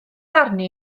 arni